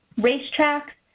racetracks,